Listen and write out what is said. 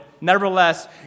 nevertheless